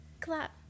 clap